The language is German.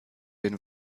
den